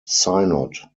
synod